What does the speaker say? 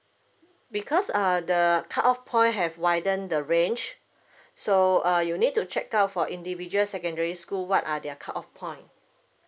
because err the cut off point have widen the range so err you need to check out for individual secondary school what are their cut off point